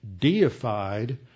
deified